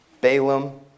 Balaam